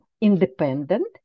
independent